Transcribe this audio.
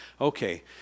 Okay